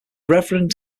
reverend